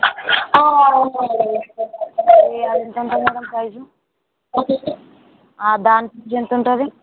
అవునా మ్యాడమ్ అది ఎంత ఉంటుంది మ్యాడమ్ ప్రైస్ దాని ప్రైస్ ఎంత ఉంటుం ది